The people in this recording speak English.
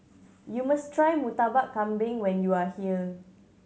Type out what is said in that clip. you must try Murtabak Kambing when you are here